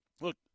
look